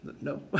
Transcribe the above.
No